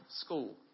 school